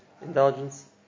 indulgence